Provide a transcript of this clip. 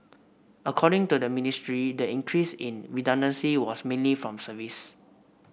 according to the Ministry the increase in redundancy was mainly from service